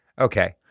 Okay